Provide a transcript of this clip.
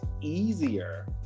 easier